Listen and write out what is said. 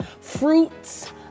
fruits